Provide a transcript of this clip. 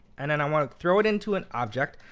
and then i want to throw it into an object.